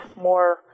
more